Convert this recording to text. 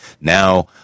now